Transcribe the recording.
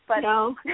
No